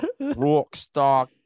Rockstar